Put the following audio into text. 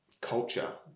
culture